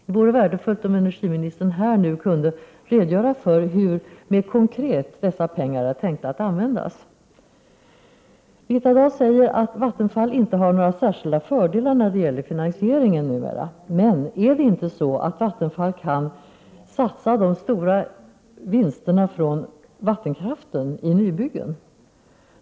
Det vore värdefullt om energiministern här kunde redogöra för hur mer konkret dessa pengar är tänkta att användas. Birgitta Dahl säger att Vattenfall inte har några särskilda fördelar när det gäller finansiering numera. Men är det inte så att Vattenfall kan satsa de stora vinsterna från vattenkraften i nybyggen?